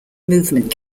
movement